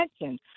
attention